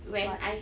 what